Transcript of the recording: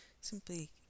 simply